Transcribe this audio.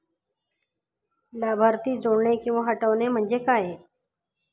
लाभार्थी जोडणे किंवा हटवणे, म्हणजे काय?